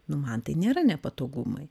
nu man tai nėra nepatogumai